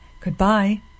Goodbye